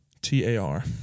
T-A-R